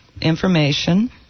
information